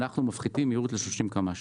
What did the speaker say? אנחנו מפחיתים מהירות ל-30 קמ"ש.